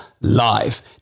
live